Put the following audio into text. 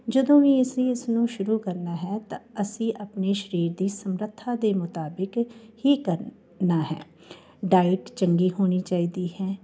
ਜਦੋਂ ਵੀ ਅਸੀਂ ਇਸਨੂੰ ਸ਼ੁਰੂ ਕਰਨਾ ਹੈ ਤਾਂ ਅਸੀਂ ਆਪਣੇ ਸਰੀਰ ਦੀ ਸਮਰੱਥਾ ਦੇ ਮੁਤਾਬਕ ਹੀ ਕਰਨਾ ਹੈ ਡਾਈਟ ਚੰਗੀ ਹੋਣੀ ਚਾਹੀਦੀ ਹੈ